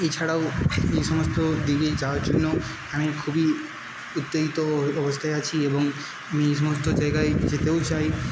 এছাড়াও এসমস্ত দিকে যাওয়ার জন্য আমি খুবই উত্তেজিত অবস্থায় আছি এবং আমি এই সমস্ত জায়গায় যেতেও চাই